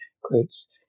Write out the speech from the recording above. Quotes